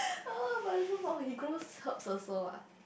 but it's so fun he grows herb also ah